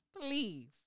please